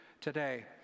today